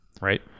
right